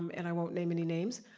um and i won't name any names,